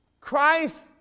Christ